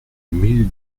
mille